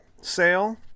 sale